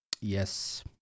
Yes